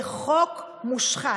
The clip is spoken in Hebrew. זה חוק מושחת.